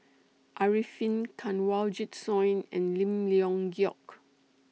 Arifin Kanwaljit Soin and Lim Leong Geok